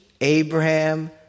Abraham